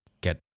get